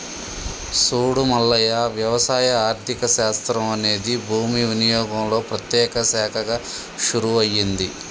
సూడు మల్లయ్య వ్యవసాయ ఆర్థిక శాస్త్రం అనేది భూమి వినియోగంలో ప్రత్యేక శాఖగా షురూ అయింది